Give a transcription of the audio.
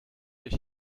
ich